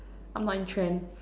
I'm not in trend